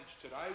today